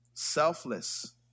Selfless